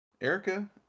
Erica